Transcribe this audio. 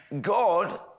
God